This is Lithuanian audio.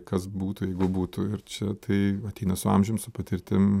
kas būtų jeigu būtų ir čia tai ateina su amžium su patirtim